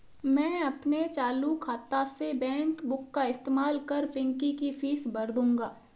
मैं अपने चालू खाता से चेक बुक का इस्तेमाल कर पिंकी की फीस भर दूंगा